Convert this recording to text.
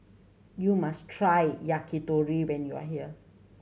you must try Yakitori when you are here